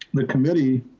the committee